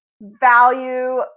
value